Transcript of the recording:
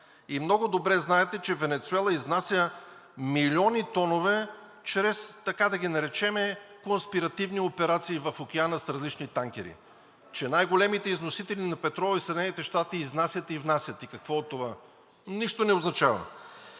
Много добре знаете, че Венецуела изнася милиони тонове чрез така, да ги наречем, конспиративни операции в океана с различни танкери, че най-големите износители на петрол и Съединените щати внасят и изнасят. Какво от това? Нищо не означава.